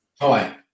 Hi